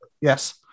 Yes